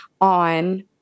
on